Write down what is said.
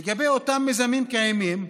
לגבי אותם מיזמים קיימים,